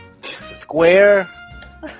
square